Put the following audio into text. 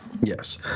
Yes